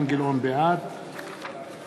בעד